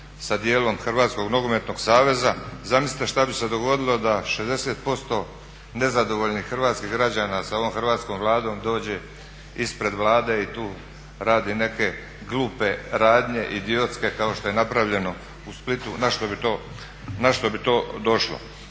Hrvatskog nogometnog saveza. Zamislite šta bi se dogodilo da 60% nezadovoljnih hrvatskih građana s ovom Hrvatskom vladom dođe ispred Vlade i tu radi neke glupe radnje, idiotske kao što je napravljeno u Splitu, na što bi to došlo.